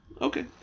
Okay